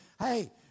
Hey